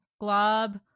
Glob